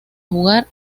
jugar